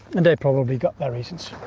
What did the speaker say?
and they've probably got their reasons.